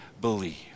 believe